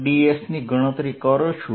ds ની ગણતરી કરું છું